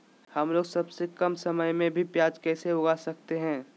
हमलोग सबसे कम समय में भी प्याज कैसे उगा सकते हैं?